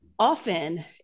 Often